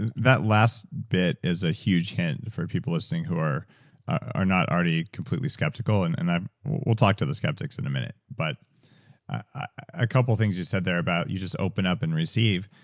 and that last bit is a huge hint for people listening who are are not already completely skeptical, and and we'll talk to the skeptics in a minute. but a couple things you said there about, you just open up and receive.